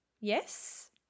yes